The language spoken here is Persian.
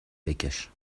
بکش